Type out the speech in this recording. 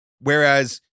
Whereas